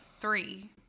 three